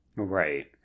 Right